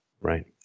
Right